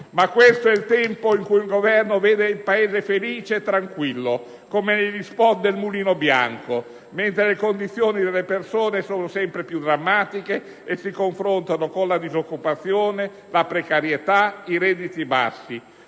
Ma questo è il tempo in cui il Governo vede il paese felice e tranquillo, come negli *spot* del "Mulino Bianco", mentre le condizioni delle persone sono sempre più drammatiche e si confrontano con la disoccupazione, la precarietà e i redditi bassi: